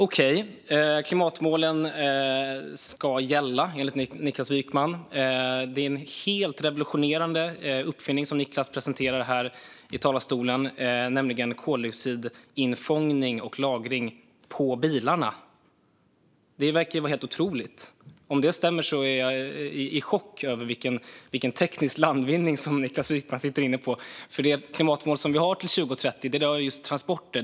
Okej, klimatmålen ska gälla, enligt Niklas Wykman. Det är en helt revolutionerande uppfinning som han presenterar här i talarstolen, nämligen koldioxidinfångning och lagring på bilarna. Det verkar vara helt otroligt! Om det stämmer är jag i chock över vilken teknisk landvinning Niklas Wykman sitter inne med. Det klimatmål vi har till 2030 rör just transporter.